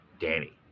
Danny